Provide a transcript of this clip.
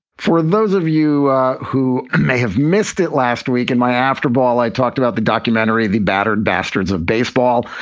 for those of you who may have missed it last week and my after ball, i talked about the documentary, the battered bastards of baseball,